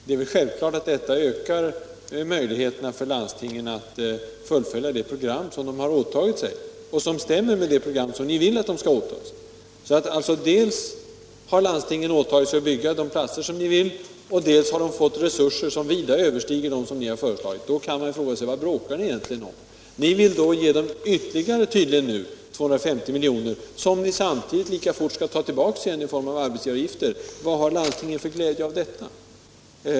Det är självklart att detta ökar möjligheterna för landstingen att fullfölja det program som de har åtagit sig och som överensstämmer med det som ni vill att de skall åta sig. Så dels har landstingen åtagit sig att bygga de platser som ni önskar, dels har de fått resurser som vida överstiger dem som ni har föreslagit. Då kan man fråga sig: Vad bråkar ni egentligen om? Ni vill tydligen ge dem ytterligare 250 milj.kr., som ni samtidigt lika fort tar tillbaka i form av arbetsgivaravgifter. Vad har landstingen för glädje av detta?